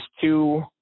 two